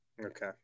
okay